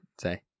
say